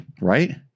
right